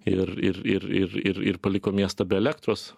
ir ir ir ir ir ir paliko miestą be elektros